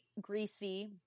greasy